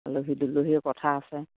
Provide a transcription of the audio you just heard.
আলহী দুলহীৰো কথা আছে